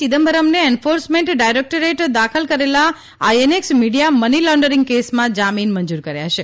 ચિદમ્બરમને enforcement ડાયરેકટોરેટે દાખલ કરેલા આઇએનએકસ મિડીયા મની લોન્ડરીંગ કેસમાં જામીન મંજૂર કર્યા છે